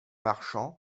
marchand